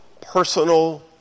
personal